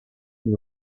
and